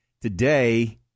today